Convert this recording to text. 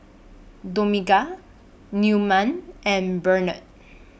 Dominga Newman and Barnett